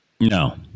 No